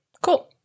Cool